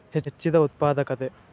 ಹೆಚ್ಚಿದ ಉತ್ಪಾದಕತೆ